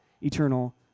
eternal